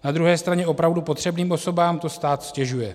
Na druhé straně opravdu potřebným osobám to stát ztěžuje.